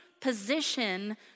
position